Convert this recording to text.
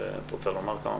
את רוצה לומר משהו?